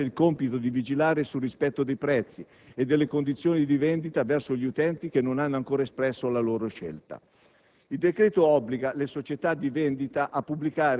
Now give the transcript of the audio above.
All'Autorità per l'energia elettrica e il gas spetta il compito di vigilare sul rispetto dei prezzi e delle condizioni di vendita verso gli utenti che non hanno ancora espresso la loro scelta.